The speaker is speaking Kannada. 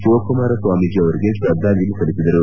ಶಿವಕುಮಾರ ಸ್ಲಾಮೀಜೆ ಅವರಿಗೆ ಶ್ವದ್ದಾಂಜಲಿ ಸಲ್ಲಿಸಿದರು